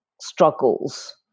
struggles